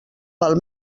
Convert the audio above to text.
val